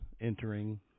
entering